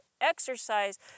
exercise